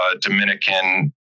Dominican